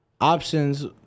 Options